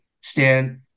stand